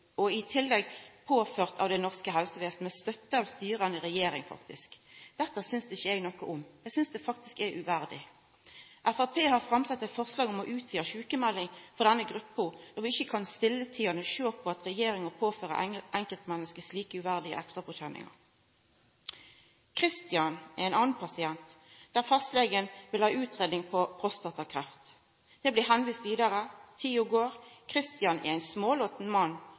som i tillegg er påført av det norske helsevesenet, faktisk med støtte av den styrande regjeringa. Dette synest eg ikkje noko om. Eg synest det faktisk er uverdig. Framstegspartiet har sett fram eit forslag om utvida sjukmelding for denne gruppa då vi ikkje kan sitja stille og sjå på at regjeringa påfører enkeltmenneske slike uverdige ekstrapåkjenningar. Kristian er ein annan pasient der fastlegen ville ha utgreiing på prostatakreft. Han blei vist vidare, og tida gjekk. Kristian er ein smålåten mann